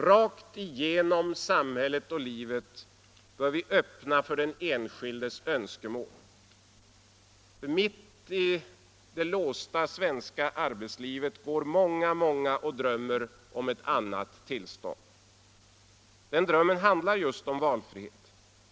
Rakt genom samhället och livet bör vi öppna för den enskildes önskemål. Mitt i det låsta svenska arbetslivet går många, många och drömmer om ett annat tillstånd. Den drömmen handlar just om valfrihet.